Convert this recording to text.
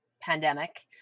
pandemic